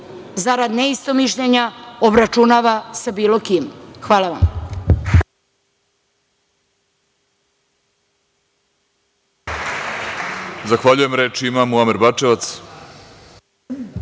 zarad neistomišljenja, obračunava sa bilo kime. Hvala.